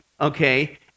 okay